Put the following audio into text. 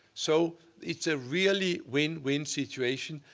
so it's a really win-win situation.